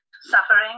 suffering